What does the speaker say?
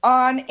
on